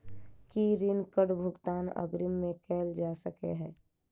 की ऋण कऽ भुगतान अग्रिम मे कैल जा सकै हय?